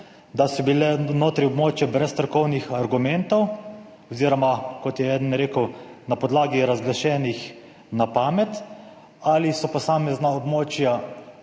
da so bile notri območja brez strokovnih argumentov oziroma, kot je eden rekel, na podlagi razglašenih na pamet, ali so posamezna območja